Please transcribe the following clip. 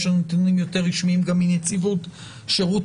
יש לנו נתונים יותר רשמיים גם מנציבות שירות